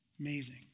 Amazing